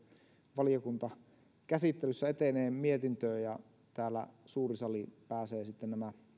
valiokuntakäsittelyssä etenee mietintöön ja täällä suuri sali pääsee sitten nämä